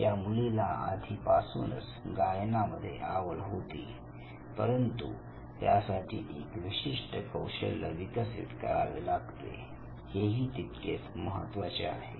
या मुलीला आधीपासूनच गायनामध्ये आवड होती परंतु त्यासाठी एक विशिष्ट कौशल्य विकसित करावे लागते हेही तितकेच महत्त्वाचे आहे